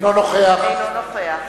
אינו נוכח